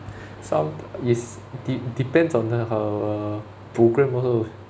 some is de~ depends on her program also